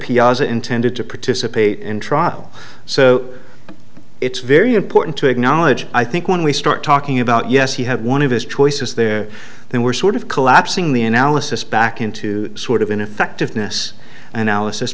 piazza intended to participate in trial so it's very important to acknowledge i think when we start talking about yes he had one of his choices there then we're sort of collapsing the analysis back into sort of ineffectiveness analysis